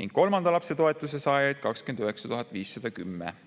ning kolmanda lapse toetuse saajaid 29 510.